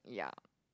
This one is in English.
yeah